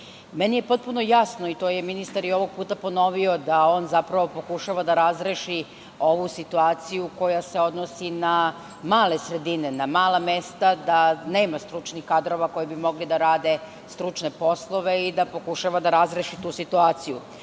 je potpuno jasno, i to je ministar ponovio, da on zapravo pokušava da razreši ovu situaciju koja se odnosi na male sredine, na mala mesta, da nema stručnih kadrova koji bi mogli da rade stručne poslove i da pokušava da razreši tu situaciju,